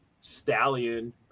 stallion